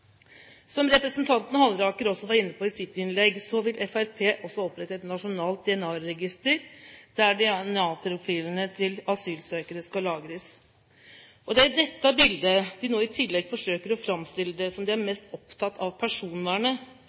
Som representanten Halleraker også var inne på i sitt innlegg, vil Fremskrittspartiet også opprette et nasjonalt DNA-register der DNA-profilene til asylsøkere skal lagres. Det er i dette bildet de nå i tillegg forsøker å framstille det som om de er mest opptatt av personvernet.